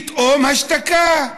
פתאום השתקה,